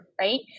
right